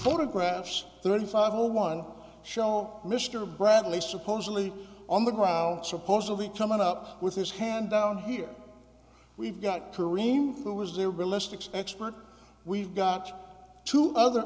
photographs thirty five zero one show mr bradley supposedly on the ground supposedly coming up with his hand down here we've got karim who was a realistic sexpert we've got two other